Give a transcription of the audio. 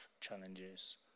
challenges